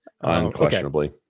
Unquestionably